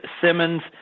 Simmons